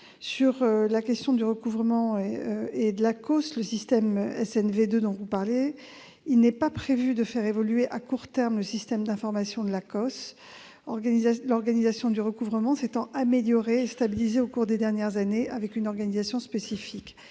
Sur la question du recouvrement et du logiciel SNV2 que vous avez mentionné, il n'est pas prévu de faire évoluer à court terme le système d'information de l'ACOSS, l'organisation du recouvrement s'étant améliorée et stabilisée au cours des dernières années avec une organisation spécifique.